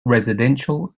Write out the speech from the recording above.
residential